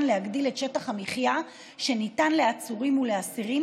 להגדיל את שטח המחיה שניתן לעצורים ולאסירים,